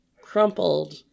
crumpled